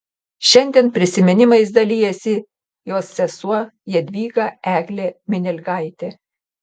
šiandien prisiminimais dalijasi jos sesuo jadvyga eglė minialgaitė